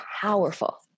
powerful